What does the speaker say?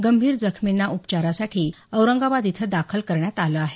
गंभीर जखमींना उपचारांसाठी औरंगाबाद इथं दाखल करण्यात आलं आहे